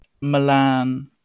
Milan